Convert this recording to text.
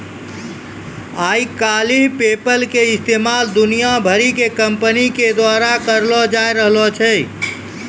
आइ काल्हि पेपल के इस्तेमाल दुनिया भरि के कंपनी के द्वारा करलो जाय रहलो छै